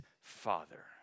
father